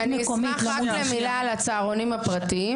אני אשמח להוסיף מילה על הצהרונים הפרטיים,